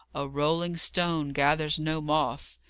a rolling stone gathers no moss.